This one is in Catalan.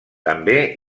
també